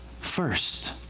first